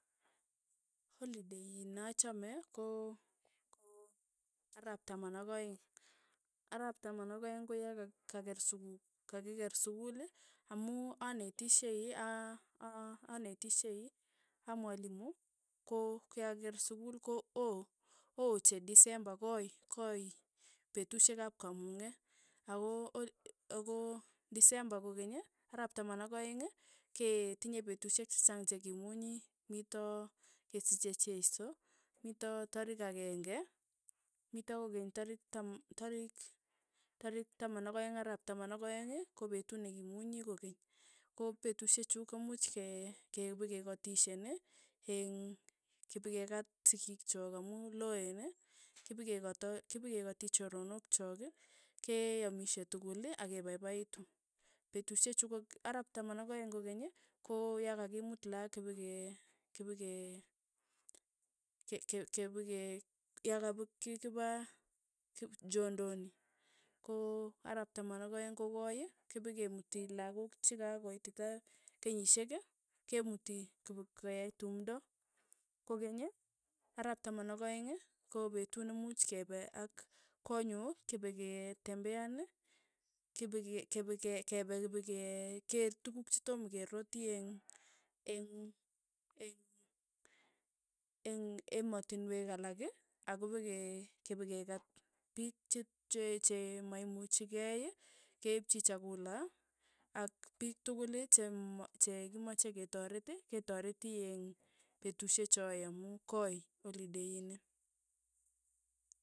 Olidei nachame ko- ko arap taman ak aeng'. arap taman ak aeng ko ya kaker suk kakikeer sukul amu anetishei a- a- aanetishei a mwalimu ko kiakeer sukul ko oo, oo ochei tisemba, koi koi petushek ap kamung'e ako oli ako tisemba kokeny arap taman ka aeng' ketinye petushek che chang che kimunyi. mito kesiche cheiso, mito tarik akeng'e mito kokeny tarik tam tariik tarik taman ak aeng arap taman ak aeng' ko petut ne kimunyi kokeny, ko petushechu komuch ke- ke pekekatishenin eng' kipikekat sikikchok amu loeen, kipikikekat kipikekati choronok chok, keyamishe tukul akepaipaitu, petushechu kok araap taman ak aeng' kokeny, ko ya kakimuut lakok kipeke kipekee ke- ke- kepekee ya kakipaa jindoni, ko arap taman ak aeng ko koi, kipekemuti lakok chikakoitita kenyishek, kemuti kipakeyai tumto, kokeny, arap taman ak aeng' ko petut nemuuch kepe ak konyu kipeketembean, kipeke kepeke kepe kipekekeer tukuk chetom keroti eng' eng' eng' eng' emotinwek alak akope ke kepekekaat piik che- che- che maimuchikei, keipchi chakula ak piik tukul chema che kimache ketaret, ketareti eng' petushechoye amu koi olidei ini.